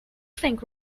think